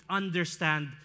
understand